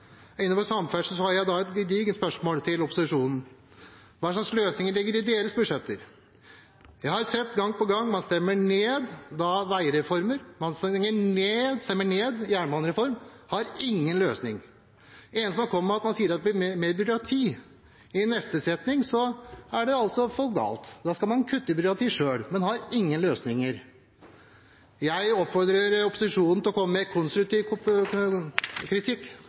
Innenfor samferdsel har jeg da et gedigent spørsmål til opposisjonen: Hva slags løsninger ligger i deres budsjetter? Jeg har gang på gang sett at man stemmer ned veireformer og jernbanereform. Man har ingen løsning. Det eneste man kommer med, er at det blir mer byråkrati. I neste setning er det for galt – da skal man kutte i byråkrati selv, men har ingen løsninger. Jeg oppfordrer opposisjonen til å komme med konstruktiv kritikk.